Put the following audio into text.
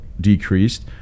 decreased